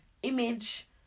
image